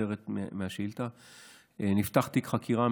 הכותרת מהשאילתה: נפתח תיק חקירה,